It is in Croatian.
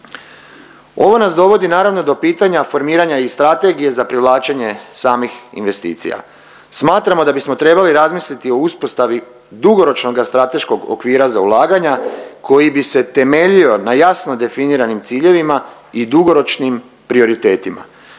Ovo nas dovodi naravno do pitanja formiranja i Strategije za privlačenje samih investicija. Smatramo da bismo trebali razmisliti o uspostavi dugoročnoga strateškog okvira za ulaganja koji bi se temeljio na jasno definiranim ciljevima i dugoročnim prioritetima.